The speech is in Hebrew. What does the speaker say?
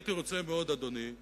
הייתי רוצה מאוד, אדוני,